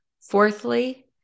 Fourthly